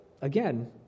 again